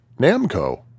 Namco